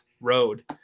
road